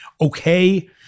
okay